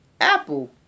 Apple